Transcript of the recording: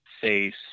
face